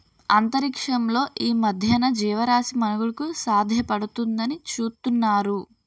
అంతరిక్షంలో ఈ మధ్యన జీవరాశి మనుగడకు సాధ్యపడుతుందాని చూతున్నారు